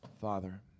Father